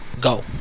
Go